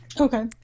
Okay